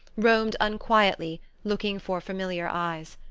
roamed unquietly, looking for familiar eyes.